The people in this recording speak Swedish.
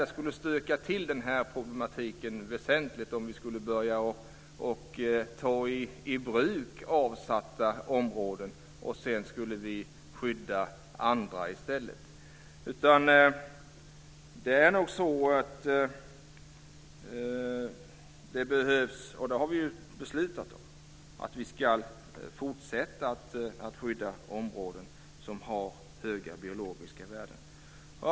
Det skulle stöka till det väsentligt om vi skulle börja ta i bruk avsatta områden och sedan skydda andra i stället, utan vi behöver nog - och det har vi ju beslutat om - fortsätta att skydda områden som har höga biologiska värden.